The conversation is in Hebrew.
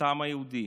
את העם היהודי.